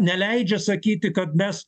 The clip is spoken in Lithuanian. neleidžia sakyti kad mes